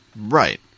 Right